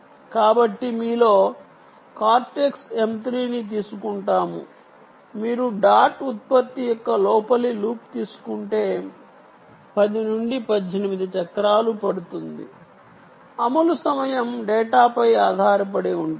కాబట్టి మీలో cortex M 3 ను తీసుకుంటాము మీరు డాట్ ఉత్పత్తి యొక్క లోపలి లూప్ తీసుకుంటే 10 నుండి 18 చక్రాలు పడుతుంది అమలు సమయం డేటాపై ఆధారపడి ఉంటుంది